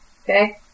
Okay